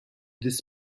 this